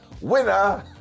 Winner